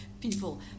people